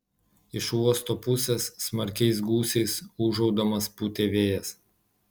iš uosto pusės smarkiais gūsiais ūžaudamas pūtė vėjas